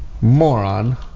moron